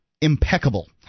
impeccable